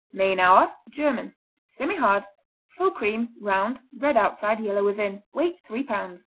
mainauer german semihard full cream round red outside, yellow within. weight three pounds.